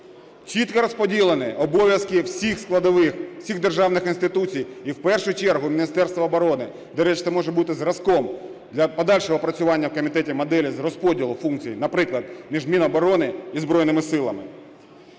Чітко розподілені обов'язки всіх складових, всіх державних інституцій і в першу чергу Міністерства оборони, де решта може бути зразком для подальшого опрацювання в комітеті моделі з розподілу функцій, наприклад, між Міноборони і Збройними Силами.